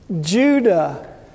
Judah